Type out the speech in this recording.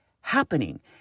happening